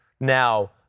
Now